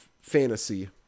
fantasy